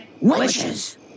Witches